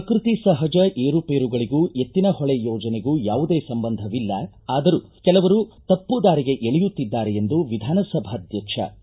ಪ್ರಕೃತಿ ಸಹಜ ಏರುಪೇರುಗಳಗೂ ಎತ್ತಿನಹೊಳೆ ಯೋಜನೆಗೂ ಯಾವುದೇ ಸಂಬಂಧವಿಲ್ಲ ಆದರೂ ಕೆಲವರು ಜನರನ್ನು ತಪ್ಪು ದಾರಿಗೆ ಎಳೆಯುತ್ತಿದ್ದಾರೆ ಎಂದು ವಿಧಾನಸಭಾಧ್ವಕ್ಷ ಕೆ